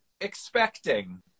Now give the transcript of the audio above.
expecting